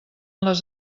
les